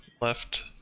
left